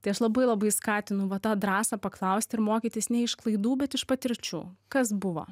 tai aš labai labai skatinu va tą drąsą paklausti ir mokytis ne iš klaidų bet iš patirčių kas buvo